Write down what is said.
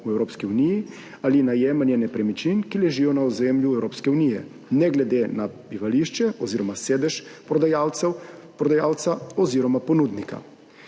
v Evropski uniji ali najemanje nepremičnin, ki ležijo na ozemlju Evropske unije, ne glede na bivališče oziroma sedež prodajalca oziroma ponudnika.